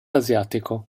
asiatico